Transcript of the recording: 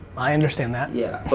i understand that. yeah.